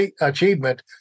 achievement